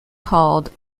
called